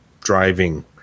driving